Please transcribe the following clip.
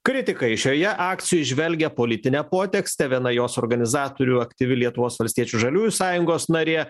kritikai šioje akcijoj įžvelgia politinę potekstę viena jos organizatorių aktyvi lietuvos valstiečių žaliųjų sąjungos narė